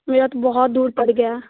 मेरा तो बहुत दूर पड़ गया